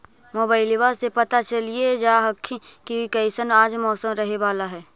मोबाईलबा से पता चलिये जा हखिन की कैसन आज मौसम रहे बाला है?